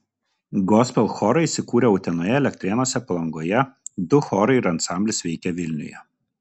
gospel chorai įsikūrę utenoje elektrėnuose palangoje du chorai ir ansamblis veikia vilniuje